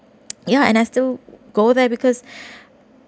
ya and I still go there because